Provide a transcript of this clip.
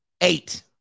Eight